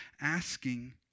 asking